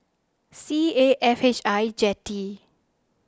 C A F H I Jetty